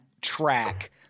track